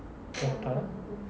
prata